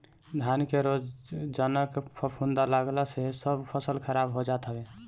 धान में रोगजनक फफूंद लागला से सब फसल खराब हो जात हवे